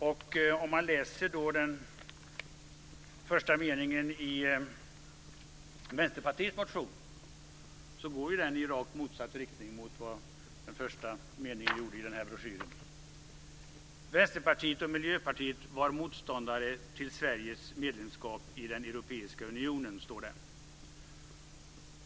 Om man läser inledningen till deras reservation kan man se att den går i rakt motsatt riktning mot den första meningen i den broschyr jag talade om nyss: Sveriges medlemskap i den europeiska unionen.